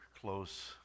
close